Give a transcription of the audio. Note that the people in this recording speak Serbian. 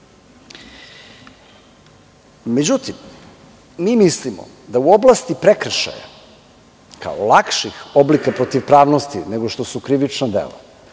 Međutim, mi mislimo da u oblasti prekršaja, kao lakših oblika protivpravnosti nego što su krivična dela,